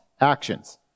actions